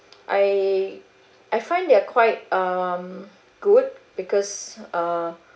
I I find they're quite um good because uh